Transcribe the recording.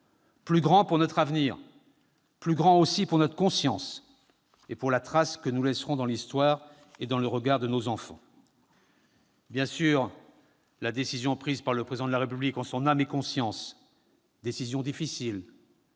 plus grands pour notre avenir, plus grands, aussi, pour notre conscience et pour la trace que nous laisserons dans l'Histoire et dans le regard de nos enfants. Bien sûr, la décision prise par le Président de la République en son âme et conscience- décision difficile,